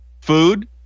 food